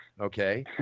okay